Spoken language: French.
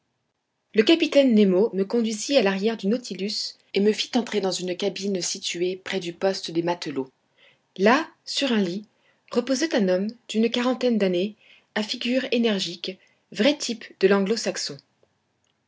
le capitaine nemo me conduisit à l'arrière du nautilus et me fit entrer dans une cabine située près du poste des matelots là sur un lit reposait un homme d'une quarantaine d'années à figure énergique vrai type de langlo saxon